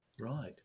Right